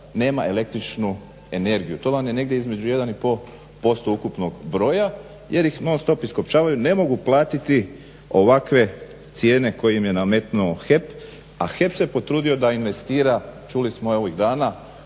nema električnu energiju. To vam je negdje između 1,5% ukupnog broja jer ih non-stop iskopčavanju, ne mogu platiti ovakve cijene koje im je nametnuo HEP, a HEP se potrudio da investira čuli smo ovih dana